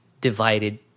divided